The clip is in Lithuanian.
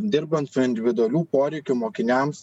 dirbant su individualių poreikių mokiniams